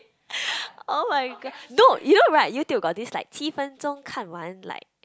[oh]-my-god no you know right YouTube got these like 七分钟看完 like